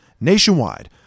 nationwide